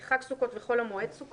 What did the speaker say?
כוללת את חג סוכות ואת חול המועד סוכות.